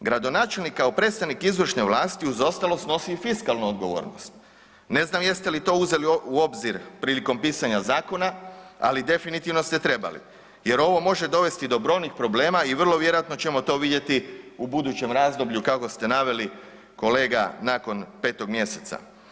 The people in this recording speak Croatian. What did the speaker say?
Gradonačelnik kao predstavnik izvršne vlasti uz ostalo snosi i fiskalnu odgovornost, ne znam jeste li to uzeli u obzir prilikom pisanja zakona, ali definitivno ste trebali jer ovo može dovesti do brojnih problema i vrlo vjerojatno ćemo to vidjeti u budućem razdoblju kako ste naveli kolega nakon 5. mjeseca.